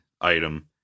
item